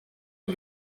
new